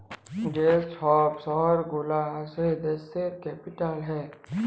যে ছব শহর গুলা আসে দ্যাশের ক্যাপিটাল হ্যয়